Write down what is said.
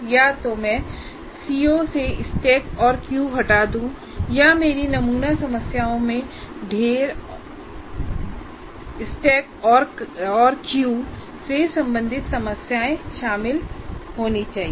या तो मैं सीओ से स्टैक और क्यू हटा दूं या मेरी नमूना समस्याओं में ढेर और कतार से संबंधित समस्याएं शामिल होनी चाहिए